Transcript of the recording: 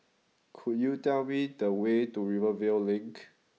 could you tell me the way to Rivervale Link